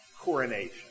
coronation